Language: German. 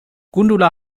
gundula